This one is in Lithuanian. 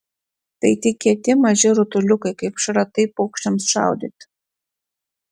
tai tik kieti maži rutuliukai kaip šratai paukščiams šaudyti